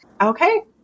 Okay